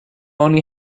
only